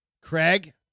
Craig